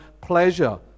pleasure